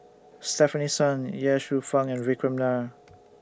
Stefanie Sun Ye Shufang and Vikram Nair